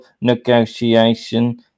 negotiation